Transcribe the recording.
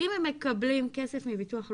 שאם הם מקבלים כסף מביטוח לאומי,